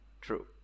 True